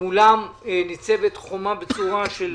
מולם ניצבת חומה בצורה של